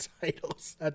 titles